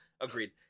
Agreed